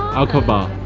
aqaba.